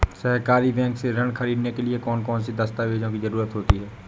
सहकारी बैंक से ऋण ख़रीदने के लिए कौन कौन से दस्तावेजों की ज़रुरत होती है?